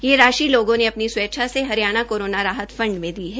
यह राशि लोगों ने अपनी स्वेच्छा से हरियाणा कोरोना राहत फंड में दी है